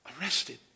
arrested